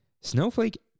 snowflake